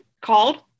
called